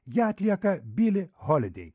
ją atlieka bili holidei